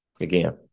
Again